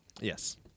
Yes